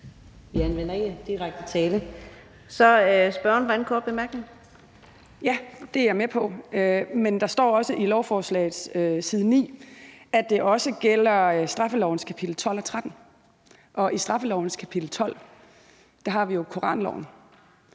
Vi anvender ikke direkte tiltale. Så er det spørgeren for sin anden korte bemærkning. Kl. 14:05 Mai Mercado (KF): Ja, det er jeg med på. Men der står også i lovforslaget på side 9, at det også gælder straffelovens kapitel 12 og 13, og i straffelovens kapitel 12 har vi jo koranloven.